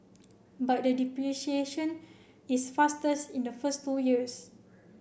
but the depreciation is fastest in the first two years